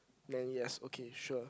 then yes okay sure